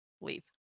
leave